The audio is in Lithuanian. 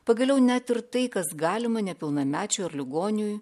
pagaliau net ir tai kas galima nepilnamečiui ar ligoniui